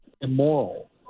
immoral